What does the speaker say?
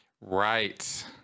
Right